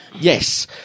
Yes